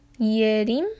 Yerim